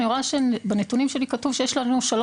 אני רואה שבנתונים שלי כתוב שיש לנו 3